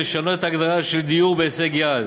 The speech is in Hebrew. לשנות את ההגדרה של דיור בהישג יד,